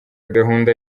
gahunda